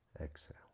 exhale